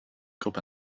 gruppe